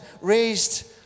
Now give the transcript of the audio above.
raised